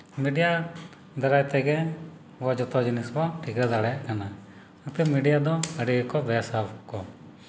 media ᱫᱟᱨᱟᱭ ᱛᱮᱜᱮ ᱟᱵᱚ ᱡᱚᱛᱚ ᱡᱤᱱᱤᱥ ᱵᱚᱱ ᱴᱷᱟᱹᱠᱟᱹ ᱫᱟᱲᱮᱭᱟᱜ ᱠᱟᱱᱟ ᱚᱱᱟᱛᱮ ᱢᱤᱰᱤᱭᱟ ᱫᱚ ᱟᱹᱰᱤ ᱜᱮᱠᱚ ᱵᱮᱥ ᱟᱠᱚ